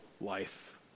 life